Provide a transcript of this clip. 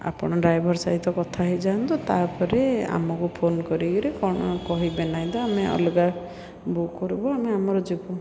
ଆପଣ ଡ୍ରାଇଭର ସହିତ କଥା ହେଇଯାଆନ୍ତୁ ତାପରେ ଆମକୁ ଫୋନ୍ କରିକିରି କ'ଣ କହିବେ ନାହିଁ ତ ଆମେ ଅଲଗା ବୁକ୍ କରିବୁ ଆମେ ଆମର ଯିବୁ